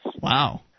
Wow